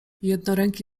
jednoręki